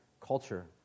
culture